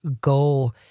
go